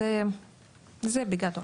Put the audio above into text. זה בגדול.